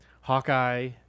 Hawkeye